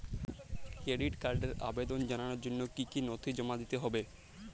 Credit কার্ডের আবেদন জানানোর জন্য কী কী নথি জমা দিতে হবে?